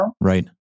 Right